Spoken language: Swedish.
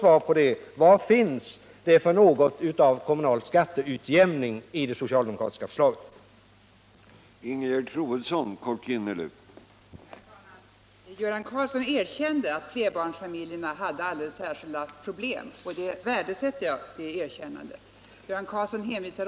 Vad finns det för kommunal skatteutjämning i det socialdemokratiska förslaget? Kan jag få ett svar på den frågan, Göran Karlsson?